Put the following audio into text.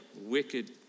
wicked